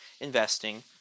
investing